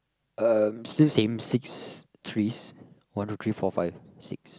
um still same six trees one two three four five six